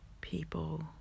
people